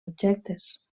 objectes